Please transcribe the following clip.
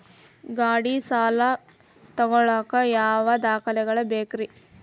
ಗಾಡಿ ಸಾಲ ತಗೋಳಾಕ ಯಾವ ದಾಖಲೆಗಳ ಬೇಕ್ರಿ?